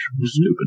stupid